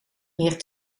meer